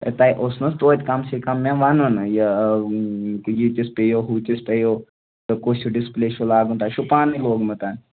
ہے تۄہہِ اوس نہَ حظ توتہِ کَم سے کَم مےٚ وَنُن یہِ ییٖتِس پیٚیو ہوٗتِس پیٚو تہٕ کُس ہیٛوٗ ڈِسپُلے چھُو لاگُن تۄہہِ چھُو پانے لوگمُت